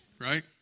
Right